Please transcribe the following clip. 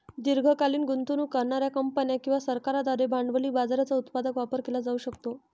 दीर्घकालीन गुंतवणूक करणार्या कंपन्या किंवा सरकारांद्वारे भांडवली बाजाराचा उत्पादक वापर केला जाऊ शकतो